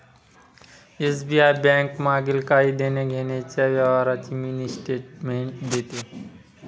SBI bank मागील काही देण्याघेण्याच्या व्यवहारांची मिनी स्टेटमेंट देते